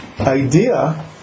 idea